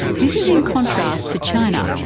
this is in contrast to china,